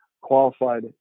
qualified